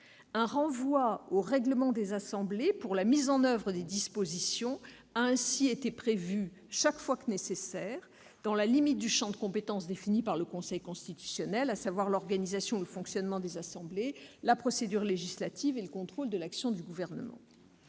Un renvoi au règlement des assemblées pour la mise en oeuvre des dispositions a ainsi été prévu chaque fois que nécessaire, dans la limite du champ de compétence défini par le Conseil constitutionnel, à savoir l'organisation ou le fonctionnement des assemblées, la procédure législative et le contrôle de l'action du Gouvernement.